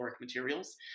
materials